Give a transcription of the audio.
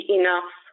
enough